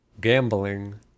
gambling